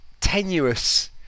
tenuous